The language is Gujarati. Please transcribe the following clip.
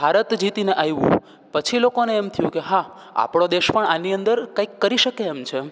ભારત જીતીને આવ્યું પછી લોકોને એમ થયું કે હા આપણો દેશ પણ આની અંદર કંઈક કરી શકે છે એમ છે